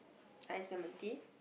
iced lemon tea